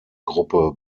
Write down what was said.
gruppe